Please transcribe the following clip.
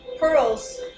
Pearls